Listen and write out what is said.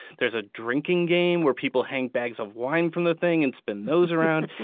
there's a drinking game where people hang bags of wine from the thing and spin those around.